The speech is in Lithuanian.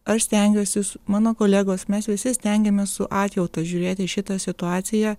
aš stengiuosi mano kolegos mes visi stengiamės su atjauta žiūrėti į šitą situaciją